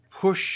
push